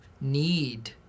need